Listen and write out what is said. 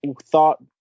thought